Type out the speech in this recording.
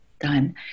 done